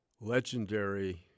legendary